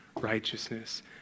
righteousness